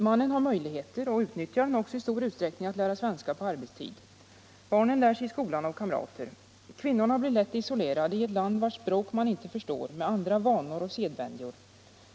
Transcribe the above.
Mannen har möjligheter — och utnyttjar dem också i stor utsträckning — att lära sig svenska på arbetstid. Barnen lär sig i skolan och av kamrater. Kvinnorna blir lätt isolerade i ett land vars språk de inte förstår, med andra vanor och sedvänjor.